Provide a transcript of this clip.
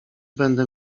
będę